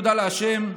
תודה להשם,